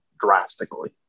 drastically